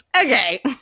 Okay